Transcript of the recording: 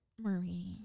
Marie